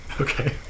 Okay